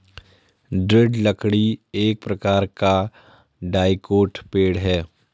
दृढ़ लकड़ी एक प्रकार का डाइकोट पेड़ है